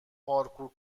پارکور